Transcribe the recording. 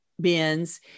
bins